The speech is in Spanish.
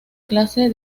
clase